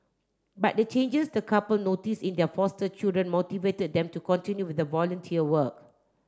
but the changes the couple notice in their foster children motivated them to continue with volunteer work